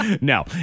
No